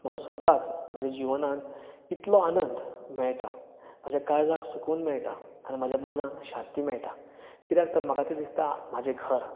म्हाका स्वताक म्हज्या जिवनांत इतलो आनंद मेळटां म्हज्या काळजाक सुकून मेळटा आनी म्हज्या मनाक शांती मेळटा किद्याक तर म्हाका तीं दिसता म्हाजे घर